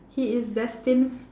he is destined